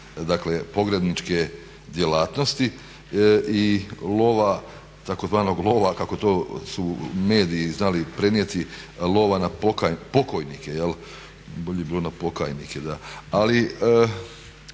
dakle pogrebničke djelatnosti i lova, tzv. lova kako to su mediji znali prenijeti, lova na pokojnike. Bolje bi bilo na pokajnike, da. Ali